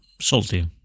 salty